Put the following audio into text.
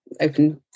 open